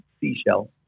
seashell